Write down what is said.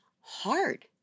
hard